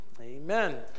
amen